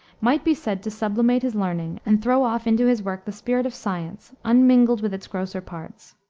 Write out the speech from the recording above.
might be said to sublimate his learning and throw off into his work the spirit of science, unmingled with its grosser parts.